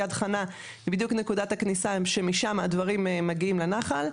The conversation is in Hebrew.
יד חנה היא בדיוק נקודת הכניסה שמשם הדברים מגיעים לנחל,